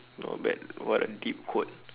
not bad what a deep quote